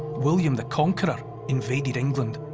william the conqueror invaded england.